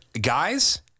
Guys